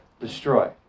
destroy